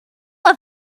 were